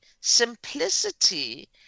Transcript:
simplicity